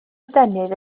adenydd